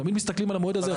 תמיד מסתכלים על המועד הזה.